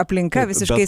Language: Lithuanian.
aplinka visiškai